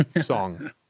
song